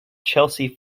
chelsea